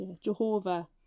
Jehovah